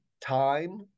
time